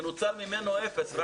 שנוצל ממנו אפס.